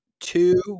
Two